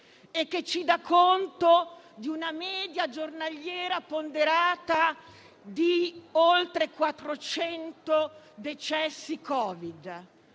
e che ci dà conto di una media giornaliera ponderata di oltre 400 decessi Covid;